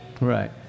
Right